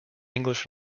english